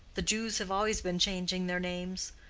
the jews have always been changing their names.